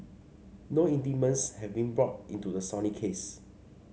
no indictments have been brought into the Sony case